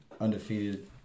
undefeated